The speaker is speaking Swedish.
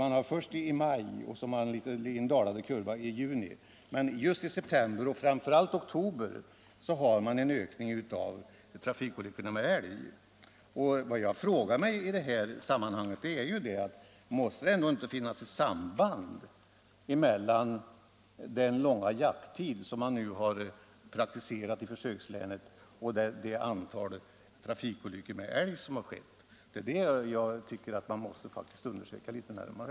Älgolyckorna börjar i maj och så dalar kurvan i juni, men i september och framför allt i oktober ökar antalet. Vad jag frågar mig i det här sammanhanget är: Måste det ändå inte finnas ett samband mellan den långa jakttid som man nu har praktiserat i försökslänen och det antal trafikolyckor med älg som har skett? Detta borde man faktiskt undersöka litet närmare.